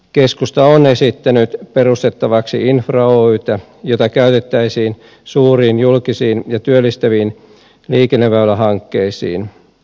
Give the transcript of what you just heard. keskusta on esittänyt perustettavaksi infra oytä jota käytettäisiin suuriin julkisiin ja työllistäviin liikenneväylähankkeisiin